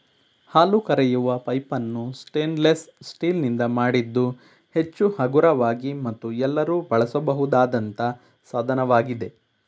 ಹಾಲು ಕರೆಯುವ ಪೈಪನ್ನು ಸ್ಟೇನ್ಲೆಸ್ ಸ್ಟೀಲ್ ನಿಂದ ಮಾಡಿದ್ದು ಹೆಚ್ಚು ಹಗುರವಾಗಿ ಮತ್ತು ಎಲ್ಲರೂ ಬಳಸಬಹುದಾದಂತ ಸಾಧನವಾಗಿದೆ